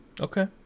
Okay